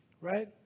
right